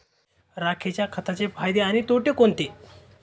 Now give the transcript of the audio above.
राखेच्या खताचे फायदे आणि तोटे कोणते?